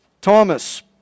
Thomas